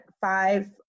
five